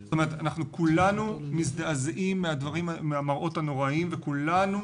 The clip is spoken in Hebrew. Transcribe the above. כולנו מזדעזעים מהמראות הנוראיים וכולנו